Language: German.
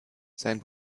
sein